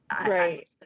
Right